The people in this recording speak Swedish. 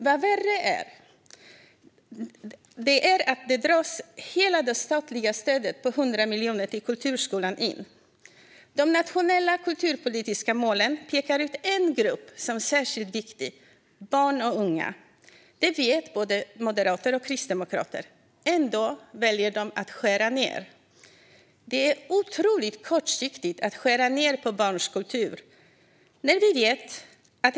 Vad värre är dras hela det statliga stödet på 100 miljoner till kulturskolan in. De nationella kulturpolitiska målen pekar ut en grupp som särskilt viktig: barn och unga. Det vet både moderater och kristdemokrater. Ändå väljer de att skära ned. Det är otroligt kortsiktigt att skära ned på barns kultur.